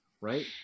right